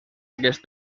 aquest